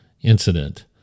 incident